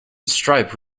stripe